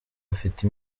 afite